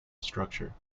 structure